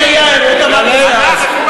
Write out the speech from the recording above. אנחנו אלה שהיינו בכל מחיר,